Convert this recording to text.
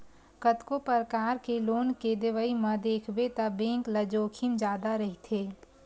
कतको परकार के लोन के देवई म देखबे त बेंक ल जोखिम जादा रहिथे